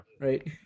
Right